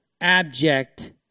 abject